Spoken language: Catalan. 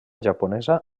japonesa